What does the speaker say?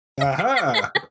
Aha